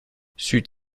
c’eût